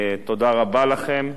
תודה רבה לכם.